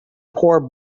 poor